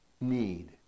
need